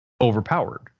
overpowered